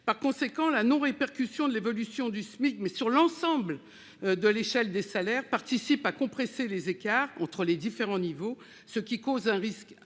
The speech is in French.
Par conséquent, la non-répercussion de l'évolution du SMIC sur l'ensemble de l'échelle des salaires participe à compresser les écarts entre les différents niveaux de salaires, d'où un risque